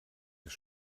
das